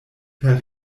per